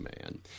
man